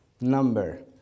number